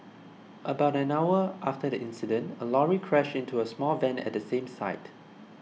about an hour after the incident a lorry crashed into a small van at the same site